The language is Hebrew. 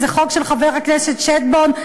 איזה חוק של חבר הכנסת שטבון,